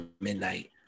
midnight